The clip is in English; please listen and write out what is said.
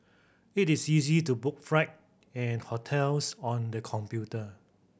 it is easy to book fright and hotels on the computer